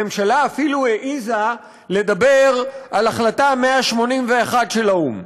הממשלה אפילו העזה לדבר על החלטה 181 של האו"ם,